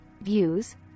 views